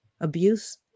abuse